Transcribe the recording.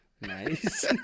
Nice